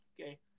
Okay